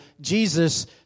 Jesus